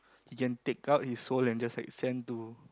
he can take out his soul and just like send to